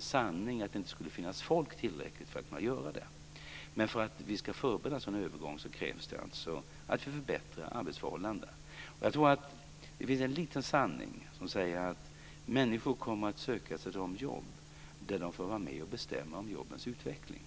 sanning i att det inte skulle finnas tillräckligt med folk för att kunna göra det. Men för att vi ska förbereda en sådan övergång krävs det att vi förbättrar arbetsförhållandena. Jag tror att det finns en liten sanning som säger att människor kommer att söka sig till de jobb där de får vara med och bestämma om jobbens utveckling.